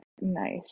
nice